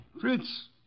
Fritz